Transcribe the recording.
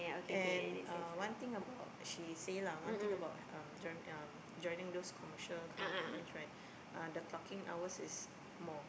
and uh one thing about she say lah one thing about um driving um driving those commercial kind of planes right uh the clocking hours is more